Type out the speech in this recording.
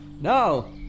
No